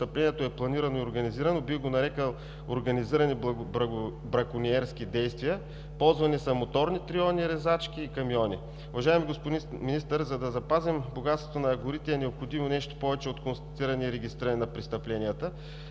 престъплението е планирано и организирано, бих го нарекъл „организирани бракониерски действия“. Ползвани са моторни триони, резачки и камиони. Уважаеми господин Министър, за да запазим богатството на горите, е необходимо нещо повече от констатиране и регистриране на престъпленията.